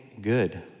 good